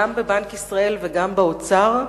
גם בבנק ישראל וגם באוצר,